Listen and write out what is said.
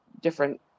different